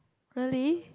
really